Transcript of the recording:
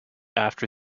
after